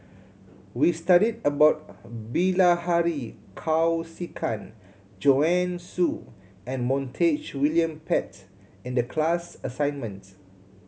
we studied about Bilahari Kausikan Joanne Soo and Montague William Pett in the class assignment